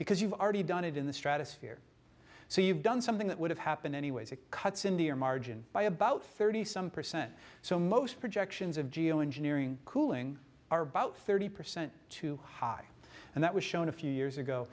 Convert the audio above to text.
because you've already done it in the stratosphere so you've done something that would have happened anyways it cuts in the your margin by about thirty some percent so most projections of geoengineering cooling are about thirty percent too high and that was shown a few years ago